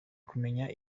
kumenya